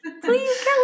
please